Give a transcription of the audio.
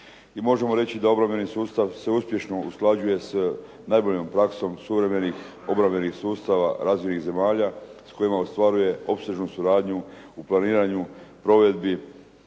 i možemo reći da obrambeni sustav se uspješno usklađuje s najboljom praksom suvremenih obrambenih sustava razvijenih zemalja s kojima ostvaruje opsežnu suradnju u planiranju provedbi